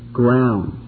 ground